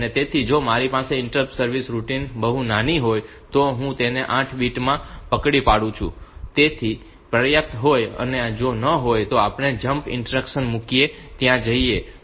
તેથી જો મારી ઈન્ટ્રપ્ટ સર્વિસ રૂટિન બહુ નાની હોય તો હું તેને 8 બાઈટ માં પકડી શકું છું જેથી તે પર્યાપ્ત હોય અથવા જો તે ન હોય તો આપણે જમ્પ ઈન્સ્ટ્રક્શન મૂકીને ત્યાં જઈએ છીએ